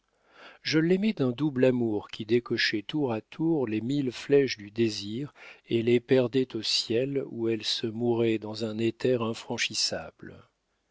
je l'aimais d'un double amour qui décochait tour à tour les mille flèches du désir et les perdait au ciel où elles se mouraient dans un éther infranchissable